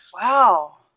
Wow